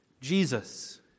Jesus